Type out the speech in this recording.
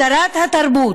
שרת התרבות,